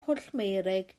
pwllmeurig